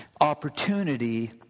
opportunity